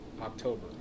October